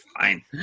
fine